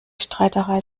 streiterei